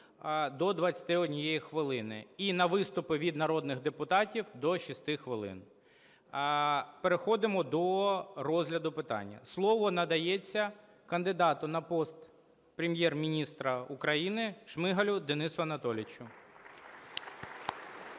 до 21 хвилини. І на виступи від народних депутатів – до 6 хвилин. Переходимо до розгляду питання. Слово надається кандидату на пост Прем'єр-міністра України Шмигалю Денису Анатолійовичу.